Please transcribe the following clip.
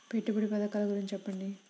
పెట్టుబడి పథకాల గురించి చెప్పండి?